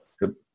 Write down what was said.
good